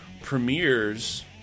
premieres